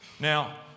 Now